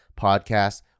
Podcast